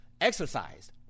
exercised